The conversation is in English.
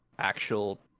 actual